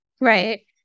Right